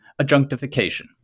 adjunctification